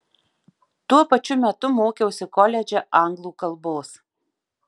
tuo pačiu metu mokiausi koledže anglų kalbos